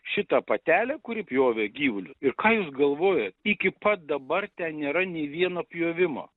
šitą patelę kuri pjovė gyvulius ir ką jūs galvojat iki pat dabar ten nėra nei vieno pjovimo